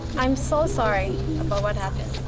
i'm so sorry happened